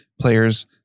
players